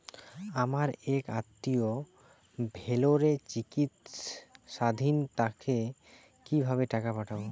আমার এক আত্মীয় ভেলোরে চিকিৎসাধীন তাকে কি ভাবে টাকা পাঠাবো?